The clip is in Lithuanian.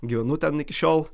gyvenu ten iki šiol